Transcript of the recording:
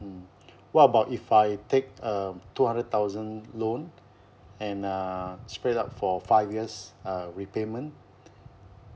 what about if I take a two hundred thousand loan and uh spread up for five years uh repayment